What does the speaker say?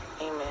Amen